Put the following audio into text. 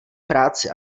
práci